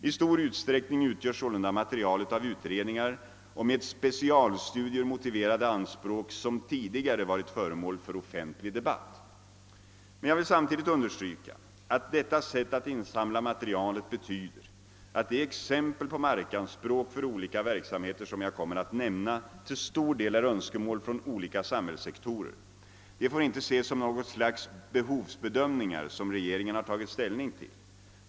I stor utsträckning utgörs sålunda materialet av utredningar och med specialstudier motiverade an språk som tidigare varit föremål för offentlig debatt. Men jag vill samtidigt understryka, att detta sätt att insamla materialet betyder att de exempel på markanspråk för olika verksamheter som jag kommer att nämna, till stor del är önskemål från olika samhällssektorer. De får inte ses som något slags behovsbedömningar, som regeringen har tagit ställning till.